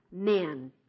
Men